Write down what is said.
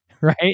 right